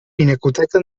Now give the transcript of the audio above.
pinacoteca